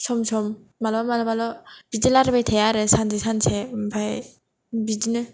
सम सम मालाबा मालाबाल' बिदि लारायबाय थाया आरो सानसे सानसे ओमफ्राय बिदिनो